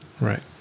Right